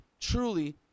truly